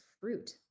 fruit